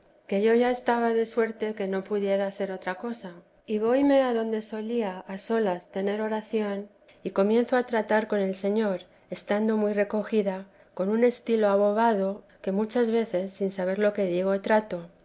que ya yo estaba de suerte que no pudiera hacer otra cosa y voyme adonde solía a teresa de jesís solas tener oración y comienzo a tratar con el señor estando muy recogida en un estilo abobado que muchas veces sin saber lo que digo trato